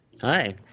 Hi